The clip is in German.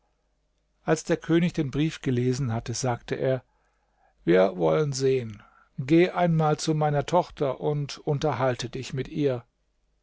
als der könig den brief gelesen hatte sagte er wir wollen sehen geh einmal zu meiner tochter und unterhalte dich mit ihr